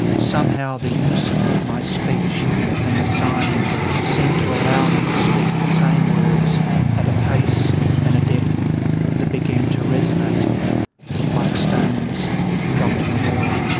some how the unison of my speech and the signing seemed to allow me to speak the same words at a pace and a depth that began to resonate like stones dropped in a well.